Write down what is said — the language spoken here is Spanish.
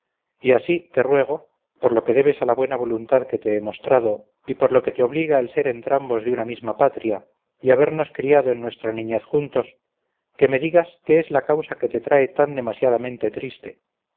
y así te ruego por lo que debes a la buena voluntad que te he mostrado y por lo que te obliga el ser entrambos de una misma patria y habernos criado en nuestra niñez juntos que me digas qué es la causa que te trae tan demasiadamente triste